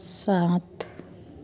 सात